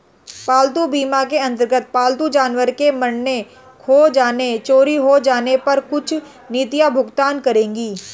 पालतू बीमा के अंतर्गत पालतू जानवर के मरने, खो जाने, चोरी हो जाने पर कुछ नीतियां भुगतान करेंगी